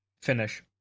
finish